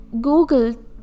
Google